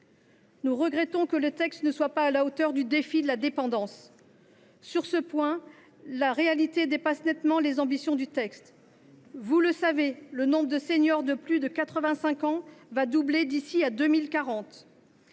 Nous regrettons également que le texte ne soit pas à la hauteur du défi de la dépendance. Sur ce point, la réalité dépasse nettement les ambitions. Le nombre de seniors de plus de 85 ans doublera d’ici à 2040.